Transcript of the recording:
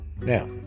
Now